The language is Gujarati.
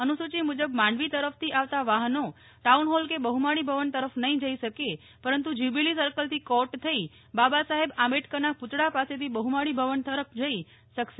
અનુસૂચિ મુજબ માંડવી તરફથી આવતાં વાહનો ટાઉનહોલ કે બહુમાળીભવન તરફ નહી જઇ શકે પરંતુ જ્યુબીલી સર્કલ થી કોર્ટ થઇ બાબા સાહેબ આંબેડકરના પુતળા પાસેથી બહુમાળી ભવન તરફ જઇ શકશે